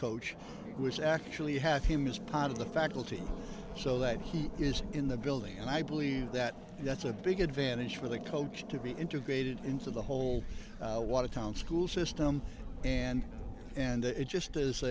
coach who is actually have him as part of the faculty so that he is in the building and i believe that that's a big advantage for the coach to be integrated into the whole wanted town school system and and it just